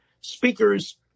speakers